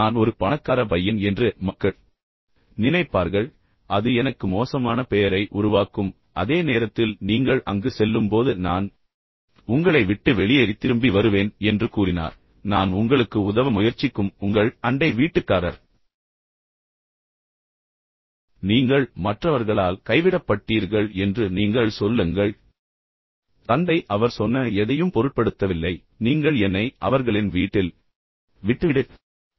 எனவே நான் ஒரு பணக்கார பையன் என்று மக்கள் நினைப்பார்கள் பின்னர் அது எனக்கு மோசமான பெயரை உருவாக்கும் அதே நேரத்தில் நீங்கள் அங்கு செல்லும்போது நான் உங்களை விட்டு வெளியேறி திரும்பி வருவேன் என்று கூறினார் நான் உங்களுக்கு உதவ முயற்சிக்கும் உங்கள் அண்டை வீட்டுக்காரர் பின்னர் நீங்கள் மற்றவர்களால் கைவிடப்பட்டீர்கள் என்று நீங்கள் அவர்களிடம் சொல்லுங்கள் எனவே நீங்கள் இப்போது ஒரு அனாதையாக இருக்கிறீர்கள் எனவே தந்தை அவர் சொன்ன எதையும் பொருட்படுத்தவில்லை குறைந்தபட்சம் நீங்கள் என்னை அவர்களின் வீட்டில் விட்டுவிடு